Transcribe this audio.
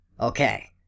Okay